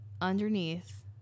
underneath